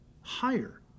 higher